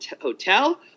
hotel